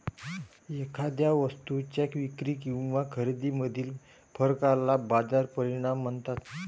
एखाद्या वस्तूच्या विक्री किंवा खरेदीमधील फरकाला बाजार परिणाम म्हणतात